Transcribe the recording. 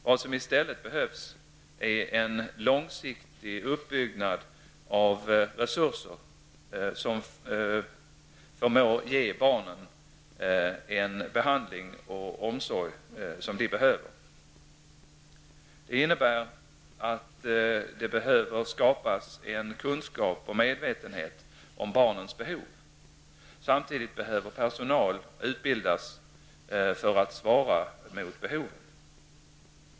Vad som i stället behövs är en långsiktig uppbyggnad av resurser som förmår ge barnen den behandling och omsorg de behöver. Det innebär att det behöver skapas en kunskap och medvetenhet om barnens behov. Samtidigt behöver personal utbildas för att svara mot behoven.